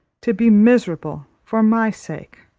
to be miserable for my sake.